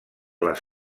les